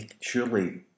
Surely